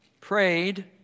prayed